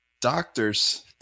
doctors